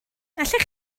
allech